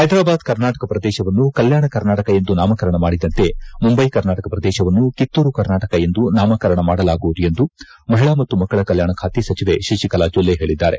ಹೈದ್ರಾಬಾದ್ ಕರ್ನಾಟಕ ಪ್ರದೇಶವನ್ನು ಕಲ್ಲಾಣ ಕರ್ನಾಟಕ ಎಂದು ನಾಮಕರಣ ಮಾಡಿದಂತೆ ಮುಂಬೈ ಕರ್ನಾಟಕ ಪ್ರದೇಶವನ್ನು ಕಿತ್ತೂರು ಕರ್ನಾಟಕ ಎಂದು ನಾಮಕರಣ ಮಾಡಲಾಗುವುದು ಎಂದು ಮಹಿಳಾ ಮತ್ತು ಮಕ್ಕಳ ಕಲ್ಲಾಣ ಖಾತೆ ಸಚಿವೆ ಶುಕಲಾ ಜೊಲ್ಲೆ ಹೇಳದ್ದಾರೆ